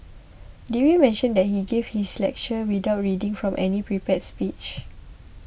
did we mention that he gave this lecture without reading from any prepared speech